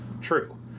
true